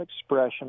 expression